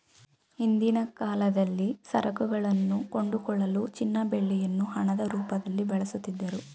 ಹಿಂದಿನ ಕಾಲದಲ್ಲಿ ಸರಕುಗಳನ್ನು ಕೊಂಡುಕೊಳ್ಳಲು ಚಿನ್ನ ಬೆಳ್ಳಿಯನ್ನು ಹಣದ ರೂಪದಲ್ಲಿ ಬಳಸುತ್ತಿದ್ದರು